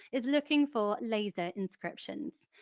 is looking for laser inscriptions.